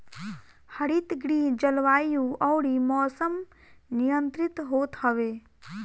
हरितगृह जलवायु अउरी मौसम नियंत्रित होत हवे